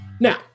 Now